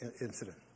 incident